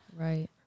Right